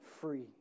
free